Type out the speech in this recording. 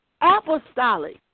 apostolic